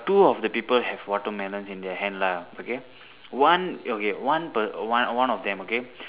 two of the people have watermelons in their hand lah okay one okay one per~ one one of them okay